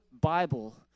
Bible